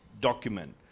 document